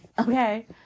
Okay